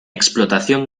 explotación